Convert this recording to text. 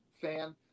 fan